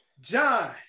John